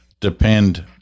depend